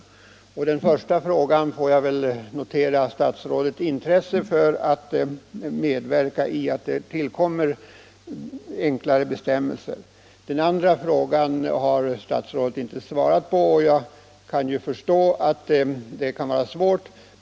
När det gäller den första frågan får jag väl notera statsrådets intresse för att medverka till att det utfärdas enklare bestämmelser. Den andra frågan har statsrådet inte svarat på. Jag kan förstå att det kan vara svårt.